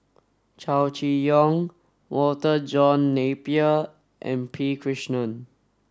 Chow Chee Yong Walter John Napier and P Krishnan